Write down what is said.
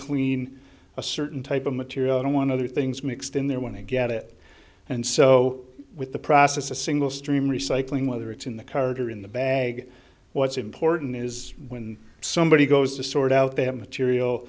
clean a certain type of material i don't want other things mixed in there want to get it and so with the process a single stream recycling whether it's in the cart or in the bag what's important is when somebody goes to sort out they have material